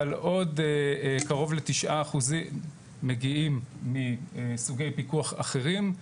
אבל עוד קרוב ל-9% מגיעים מסוגי פיקוח אחרים,